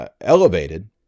elevated